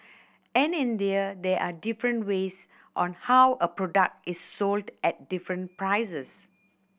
in India there are different ways on how a product is sold at different prices